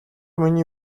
миний